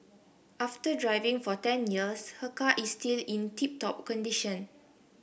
after driving for ten years her car is still in tip top condition